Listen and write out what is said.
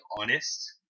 honest